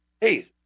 Hey